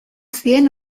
zien